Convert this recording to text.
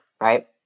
right